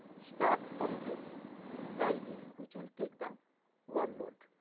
start from this tie beam, which will take the wall load.